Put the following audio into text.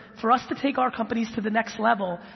for us to take our companies to the next level,